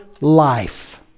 life